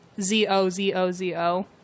Z-O-Z-O-Z-O